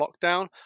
lockdown